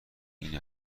این